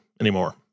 anymore